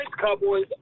Cowboys